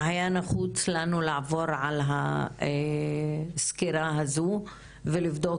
שהיה נחוץ לנו לעבור על הסקירה הזו ולבדוק